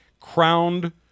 crowned